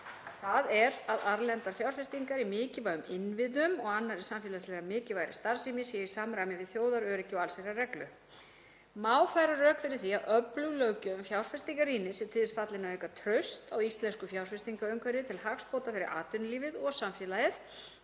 þ.e. að erlendar fjárfestingar í mikilvægum innviðum og annarri samfélagslega mikilvægri starfsemi sé í samræmi við þjóðaröryggi og allsherjarreglu. Má færa rök fyrir því að öflug löggjöf um fjárfestingarýni sé til þess fallin að auka traust á íslensku fjárfestingarumhverfi til hagsbóta fyrir atvinnulífið og samfélagið